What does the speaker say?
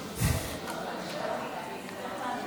אם כך, היא תעבור לוועדת